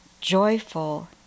joyful